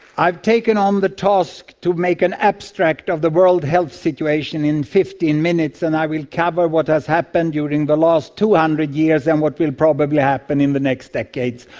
i have taken on the task to make an abstract of the world health situation in fifteen minutes, and i will cover what has happened during the last two hundred years and what will probably happen in the next decades,